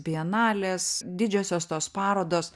bienalės didžiosios tos parodos